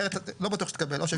אחרת לא בטוח שתקבל.